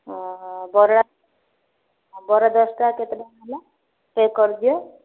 ଓ ବରା ବରା ଦଶଟା କେତେ ଟଙ୍କା ହେଲା ପେକ୍ କରିଦିଅ